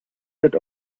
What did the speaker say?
that